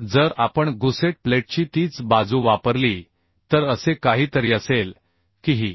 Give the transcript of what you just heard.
तर जर आपण गुसेट प्लेटची तीच बाजू वापरली तर असे काहीतरी असेल की ही